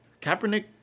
Kaepernick